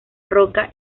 roca